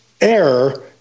error